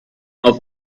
auf